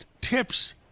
tips